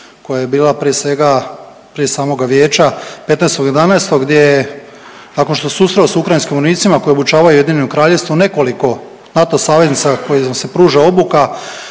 Hvala